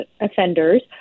offenders